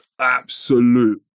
absolute